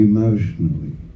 Emotionally